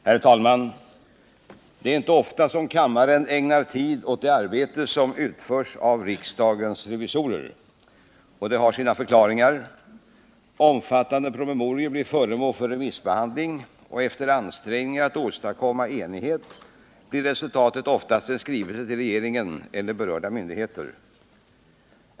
Herr talman! Det är inte ofta som kammaren ägnar tid åt det arbete som utförs av riksdagens revisorer. Det har sina förklaringar. Omfattande promemorior blir föremål för remissbehandling, och efter ansträngningar att åstadkomma enighet blir resultatet oftast en skrivelse till regeringen eller berörda myndigheter.